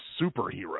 superhero